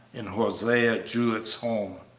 in hosea jewett's home.